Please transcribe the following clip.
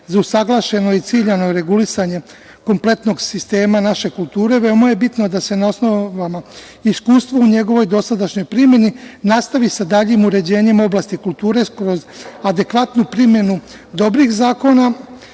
za usaglašeno i ciljano regulisanje kompletnog sistema naše kulture, veoma je bitno da se na osnovama iskustva u njegovoj dosadašnjoj primeni nastavi sa daljim uređenjem u oblasti kulture kroz adekvatnu primenu dobrih zakona